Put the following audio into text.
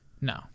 No